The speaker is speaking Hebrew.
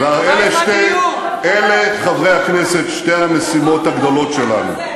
אלה, חברי הכנסת, שתי המשימות הגדולות שלנו: